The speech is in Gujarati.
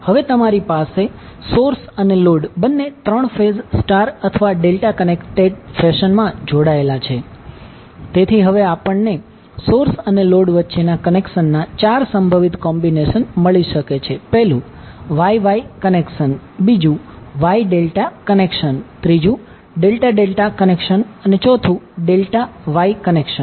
હવે તમારી પાસે સોર્સ અને લોડ બંને 3 ફેઝ સ્ટાર અથવા ડેલ્ટા કનેક્ટેડ ફેશન માં જોડાયેલા છે તેથી હવે આપણને સોર્સ અને લોડ વચ્ચેના કનેક્શનના ચાર સંભવિત કોમ્બિનેશન મળી શકે છે Y Y કનેક્શન એટલે કે Y કનેક્ટેડ લોડ સાથે Y connected source Y ∆ connection ∆∆ connection ∆ Y connection